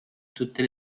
tutte